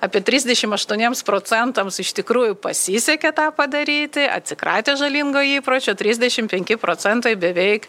apie trisdešim aštuoniems procentams iš tikrųjų pasisekė tą padaryti atsikratė žalingo įpročio trisdešim penki procentai beveik